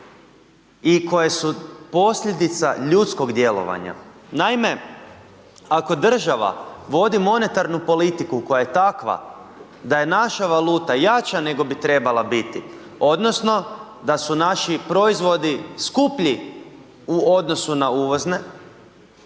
i koje su posljedica ljudskog djelovanja. Naime, ako država vodi monetarnu politiku koja je takva da je naša valuta jača nego bi trebala biti odnosno da su naši proizvodi skuplji u odnosu na uvozne